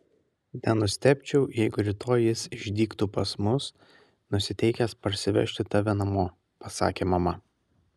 nenustebčiau jeigu rytoj jis išdygtų pas mus nusiteikęs parsivežti tave namo pasakė mama